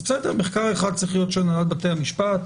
אז מחקר אחד צריך להיות של הנהלת בתי המשפט,